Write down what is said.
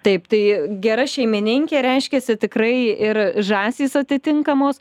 taip tai gera šeimininkė reiškiasi tikrai ir žąsys atitinkamos